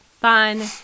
fun